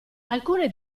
alcune